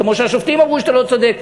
כמו שהשופטים אמרו שאתה לא צודק.